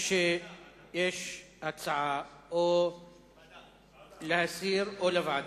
חבר הכנסת מגלי והבה, יש הצעה או להסיר או לוועדה.